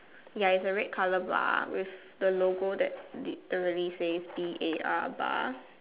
ya is a red colour bar with a logo that literally says B a R bar